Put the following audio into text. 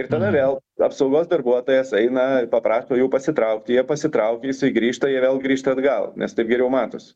ir tada vėl apsaugos darbuotojas eina paprašo jų pasitraukt jie pasitraukia jisai grįžta jie vėl grįžta atgal nes taip geriau matos